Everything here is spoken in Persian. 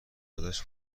ازش